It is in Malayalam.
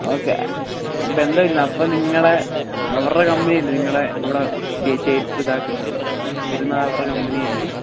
ഓക്കേ എന്തൊയില്ലന്ന് അപ്പം നിങ്ങളുടെ ആവരുടെ കമ്പനിയല്ലേ നിങ്ങളുടെ ഇവിടെ ചെ ചെരുപ്പിതാക്കുന്നത് വരുന്ന അവരുടെ കമ്പനിയല്ലിയോ